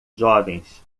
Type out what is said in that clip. jovens